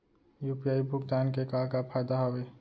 UPI भुगतान के का का फायदा हावे?